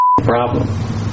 problem